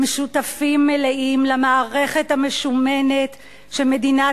הם שותפים מלאים למערכת המשומנת שמדינת